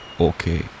Okay